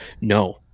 No